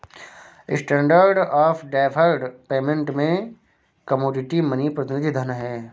standard of deferred payment में commodity money प्रतिनिधि धन हैं